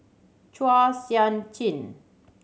Chua Sian Chin